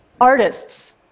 Artists